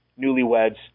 newlyweds